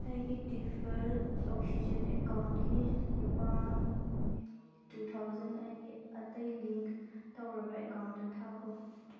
ꯑꯩꯒꯤ default oxygen ꯑꯦꯀꯥꯎꯟꯒꯤ ꯂꯨꯄꯥ ꯇꯨ ꯊꯥꯎꯖꯟ ꯑꯩꯒꯤ ꯑꯇꯩ ꯂꯤꯡ ꯇꯧꯔꯕ ꯑꯦꯀꯥꯎꯟꯇ ꯊꯥꯈꯣ